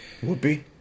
Whoopi